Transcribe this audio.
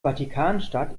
vatikanstadt